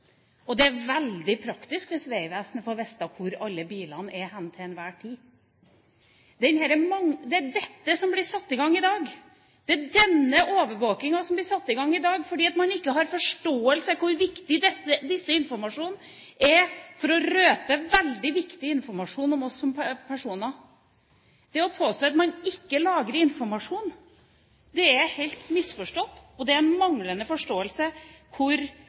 og det er veldig praktisk hvis Vegvesenet får vite hvor alle bilene er til enhver tid. Det er dette som blir satt i gang i dag. Det er denne overvåkningen som blir satt i gang i dag, fordi man ikke har forståelse for hvor viktig denne informasjonen er, for å røpe veldig viktig informasjon om oss som personer. Det å påstå at man ikke lagrer informasjon, er helt misforstått, og det er manglende forståelse for hvor